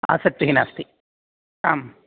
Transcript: आसक्तिः नास्ति आम्